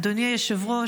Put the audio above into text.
אדוני היושב-ראש,